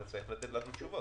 אתה צריך לתת לנו תשובות.